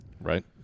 Right